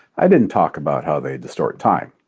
i didn't talk about how they distort time.